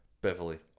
Beverly